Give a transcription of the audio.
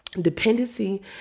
dependency